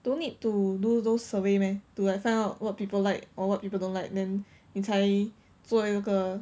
don't need to do those survey meh to like find out what people like or what people don't like then 你才做那个